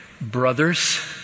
brothers